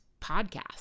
podcast